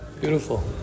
Beautiful